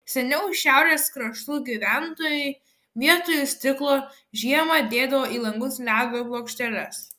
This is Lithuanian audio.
seniau šiaurės kraštų gyventojai vietoj stiklo žiemą dėdavo į langus ledo plokšteles